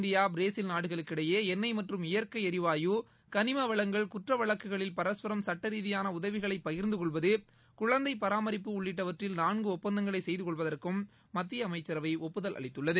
India Brazil நாடுகளுக்கிடையே எண்ணெய் மற்றும் இயற்கை எரிவாயு கனிமவளங்கள் குற்ற வழக்குகளில் பரஸ்பரம் சட்டரீதியாள உதவிகளை பகிர்ந்து கொள்வது குழந்தை பராமரிப்பு உள்ளிட்டவற்றில் நான்கு ஒப்பந்தங்களை செய்து கொள்வதற்கும் மத்திய அமைச்சரவை ஒப்புதல் அளித்துள்ளது